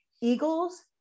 Eagles